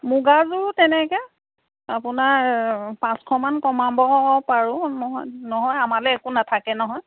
মূগাযোৰো তেনেকৈ আপোনাৰ পাঁচশমান কমাব পাৰোঁ নহয় আমালৈ একো নেথাকে নহয়